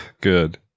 Good